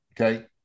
Okay